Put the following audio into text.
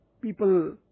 people